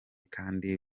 kandi